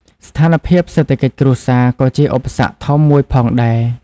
ស្ថានភាពសេដ្ឋកិច្ចគ្រួសារក៏ជាឧបសគ្គធំមួយផងដែរ។